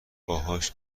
باهاش